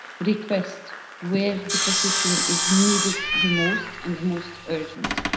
request where the position is needed the most and the most urgent.